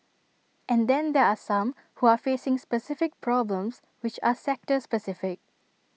and then there are some who are facing specific problems which are sector specific